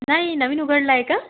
नाही नवीन उघडला आहे का